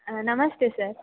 ನಮಸ್ತೆ ಸರ್